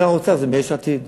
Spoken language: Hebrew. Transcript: שר האוצר הוא מיש עתיד.